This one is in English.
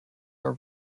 are